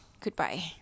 goodbye